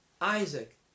Isaac